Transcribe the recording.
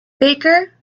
baker